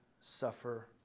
suffer